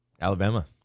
alabama